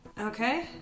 Okay